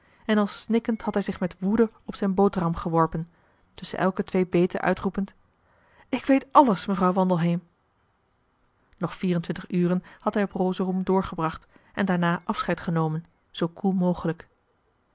en al snikkend had hij zich met woede op zijn boterham geworpen tusschen elke twee beten uitroepend ik weet alles mevrouw wandelheem nog vier en twintig uren had hij op rosorum door gebracht en daarna afscheid genomen zoo koel mogelijk